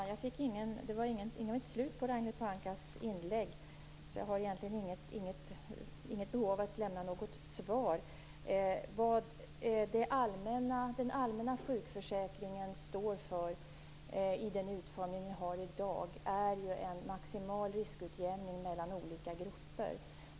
Herr talman! Det var inget riktigt slut på Ragnhild Pohankas inlägg, så jag har egentligen inget behov av att lämna något svar. Vad den allmänna sjukförsäkringen står för i den utformning den har i dag, är ju en maximal riskutjämning mellan olika grupper.